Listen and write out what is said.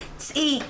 צאי,